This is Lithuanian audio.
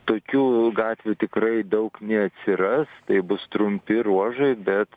tokių gatvių tikrai daug neatsiras tai bus trumpi ruožai bet